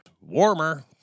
warmer